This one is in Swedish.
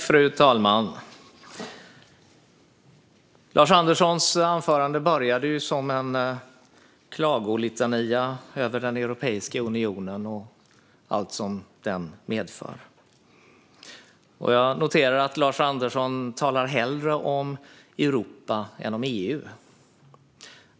Fru talman! Lars Anderssons anförande började som en litania över den europeiska unionen och allt som den medför. Jag noterade att han hellre talade om Europa än om EU.